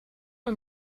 een